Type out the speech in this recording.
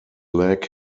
leg